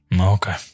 Okay